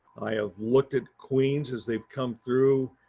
i have looked at queens as they've come through.